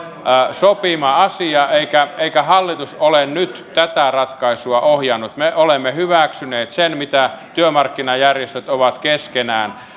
sopima asia eikä hallitus ole nyt tätä ratkaisua ohjannut me olemme hyväksyneet sen mitä työmarkkinajärjestöt ovat keskenään